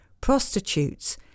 prostitutes